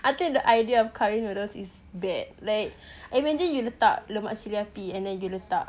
I think the idea of curry noodles is bad like imagine you lemak letak cili api and then you letak